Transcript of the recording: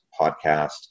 podcast